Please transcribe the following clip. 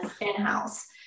in-house